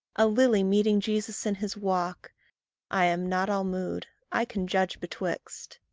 a lily meeting jesus in his walk i am not all mood i can judge betwixt.